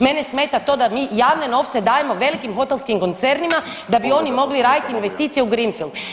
Mene smeta to da mi javne novce dajemo velikim hotelskim koncernima da bi oni mogli raditi investicije u greefield.